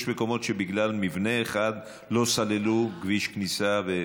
יש מקומות שבגלל מבנה אחד לא סללו כביש כניסה.